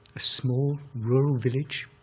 a small rural village.